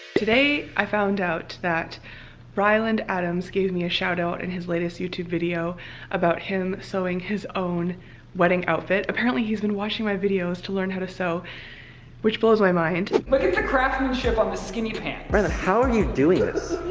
today i found out that ryland adams gave me a shout-out in his latest youtube video about him sewing his own wedding outfit apparently he's been watching my videos to learn how to sew which blows my mind look at the craftsmanship on the skinny pants. ryland how are you doing this?